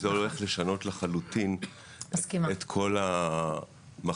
זה הולך לשנות לחלוטין את כל המחשבות,